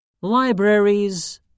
Libraries